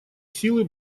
силы